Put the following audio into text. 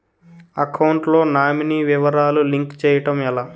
Account లో nominee వివరాలు link చేయటం ఎలా?